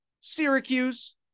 Syracuse